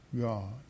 God